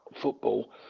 football